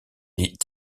est